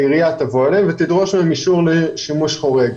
העירייה תבוא אליהם ותדרוש מהם אישור לשימוש חורג.